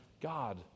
God